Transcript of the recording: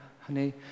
honey